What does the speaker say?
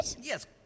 Yes